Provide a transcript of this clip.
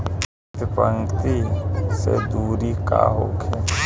प्रति पंक्ति के दूरी का होखे?